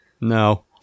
No